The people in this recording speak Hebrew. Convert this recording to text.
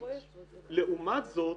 לעומת זאת,